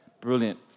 Brilliant